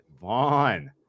Vaughn